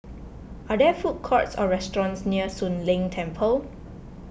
are there food courts or restaurants near Soon Leng Temple